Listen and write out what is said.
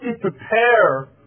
prepare